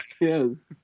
Yes